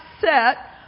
set